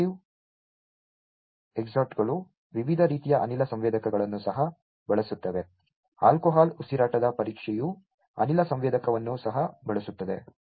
automotive ಎಕ್ಸಾಸ್ಟ್ಗಳು ವಿವಿಧ ರೀತಿಯ ಅನಿಲ ಸಂವೇದಕಗಳನ್ನು ಸಹ ಬಳಸುತ್ತವೆ ಆಲ್ಕೋಹಾಲ್ ಉಸಿರಾಟದ ಪರೀಕ್ಷೆಯು ಅನಿಲ ಸಂವೇದಕವನ್ನು ಸಹ ಬಳಸುತ್ತದೆ